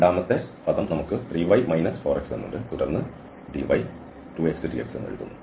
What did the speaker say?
രണ്ടാമത്തെ പദം നമുക്ക് 3y 4x ഉണ്ട് തുടർന്ന് dy 2xdx എന്ന് എഴുതുന്നു